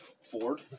Ford